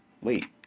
wait